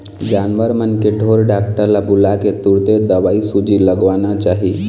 जानवर मन के ढोर डॉक्टर ल बुलाके तुरते दवईसूजी लगवाना चाही